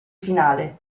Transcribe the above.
finale